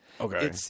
Okay